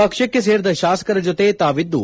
ಪಕ್ಷಕ್ಷ ಸೇರಿದ ಶಾಸಕರ ಜೊತೆ ತಾವಿದ್ದು